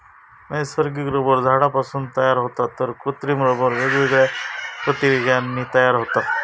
नैसर्गिक रबर झाडांपासून तयार होता तर कृत्रिम रबर वेगवेगळ्या प्रक्रियांनी तयार होता